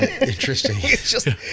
Interesting